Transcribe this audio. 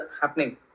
happening